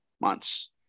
months